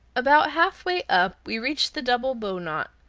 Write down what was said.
about half way up we reach the double bowknot,